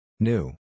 New